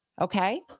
Okay